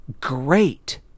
great